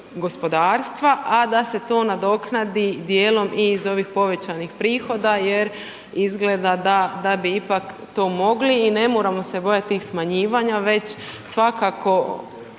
gospodarstva, a da se to nadoknadi dijelom iz ovih povećanih prihoda jer izgleda da bi ipak to mogli i ne moramo se bojati tih smanjivanja, već svakako